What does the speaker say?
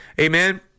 Amen